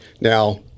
Now